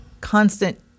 constant